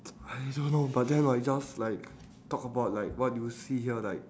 I don't know but then like just like talk about like what do you see here like